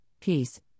peace